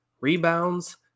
rebounds